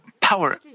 power